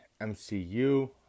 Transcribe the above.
MCU